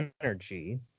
energy